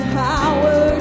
power